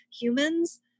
humans